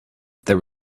there